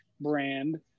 brand